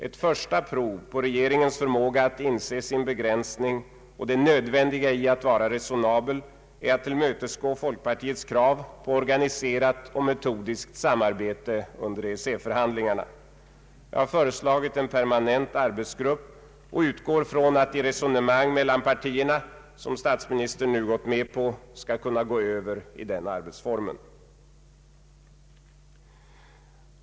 Ett första prov på regeringens förmåga att inse sin begränsning och det nödvändiga i att vara resonabel är att tillmötesgå folkpartiets krav på organiserat och metodiskt samarbete under EEC-förhandlingarna. Jag har föreslagit en permanent arbetsgrupp och utgår från att de resonemang mellan partierna som statsministern nu har gått med på skall kunna gå över i den arbetsformen.